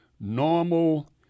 normal